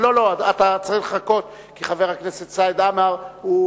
אתה צריך לחכות, כי חבר הכנסת חמד עמאר הוא